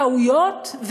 טעויות,